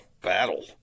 battle